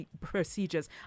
procedures